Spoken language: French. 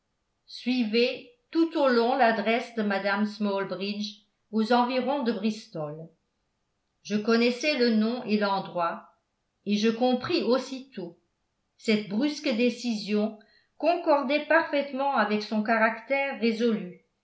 je connaissais le nom et l'endroit et je compris aussitôt cette brusque décision concordait parfaitement avec son caractère résolu